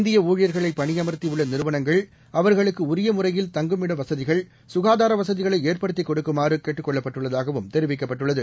இந்திய ஊழியர்களைபணியமர்த்திஉள்ளநிறுவனங்கள் அவர்களுக்குஉரியமுறையில் தங்குமிடவசதிகள் சுகாதாரவசதிகளைஏற்படுத்திகொடுக்குமாறுகேட்டுக் கொள்ளப்பட்டுள்தாகவும் தெரிவிக்கப்பட்டுள்ளது